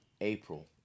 April